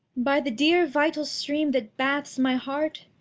by the dear vital stream that bathes my heart,